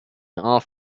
off